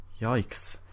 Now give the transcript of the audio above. Yikes